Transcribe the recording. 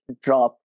drop